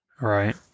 Right